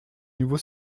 niveau